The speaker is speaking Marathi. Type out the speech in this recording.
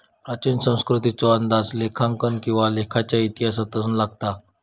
प्राचीन संस्कृतीचो अंदाज लेखांकन किंवा लेखाच्या इतिहासातून लागता